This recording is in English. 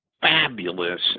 fabulous